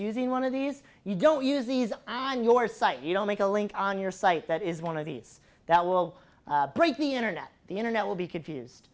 using one of these you don't use these on your site you don't make a link on your site that is one of these that will break the internet the internet will be confused